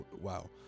wow